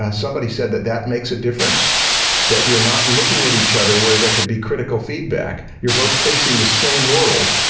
um somebody said that that makes a difference that you're not looking at each other where there could be critical feedback. you're both facing the same world.